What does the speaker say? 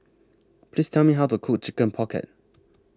Please Tell Me How to Cook Chicken Pocket